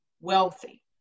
wealthy